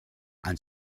and